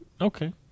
Okay